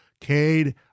Cade